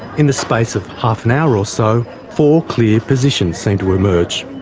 in the space of half an hour or so, four clear positions seem to emerge.